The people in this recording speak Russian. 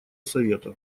совета